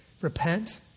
repent